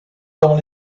dans